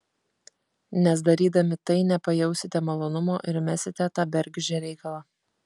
nes darydami tai nepajausite malonumo ir mesite tą bergždžią reikalą